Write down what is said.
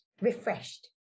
refreshed